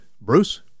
Bruce